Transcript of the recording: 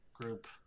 group